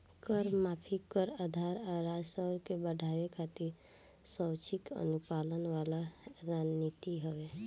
कर माफी, कर आधार आ राजस्व के बढ़ावे खातिर स्वैक्षिक अनुपालन वाला रणनीति हवे